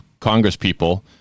congresspeople